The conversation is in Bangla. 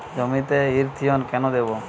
জমিতে ইরথিয়ন কেন দেবো?